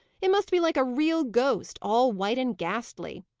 it must be like a real ghost, all white and ghastly.